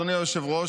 אדוני היושב-ראש,